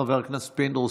חבר הכנסת פינדרוס,